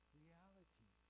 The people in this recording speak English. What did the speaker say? reality